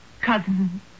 Cousin